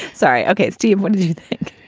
sorry. okay. steve, what do you think?